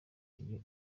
iyo